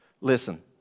Listen